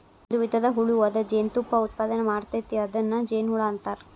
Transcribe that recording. ಒಂದು ವಿಧದ ಹುಳು ಅದ ಜೇನತುಪ್ಪಾ ಉತ್ಪಾದನೆ ಮಾಡ್ತತಿ ಅದನ್ನ ಜೇನುಹುಳಾ ಅಂತಾರ